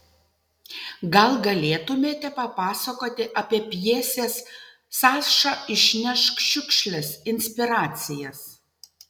gal galėtumėte papasakoti apie pjesės saša išnešk šiukšles inspiracijas